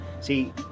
See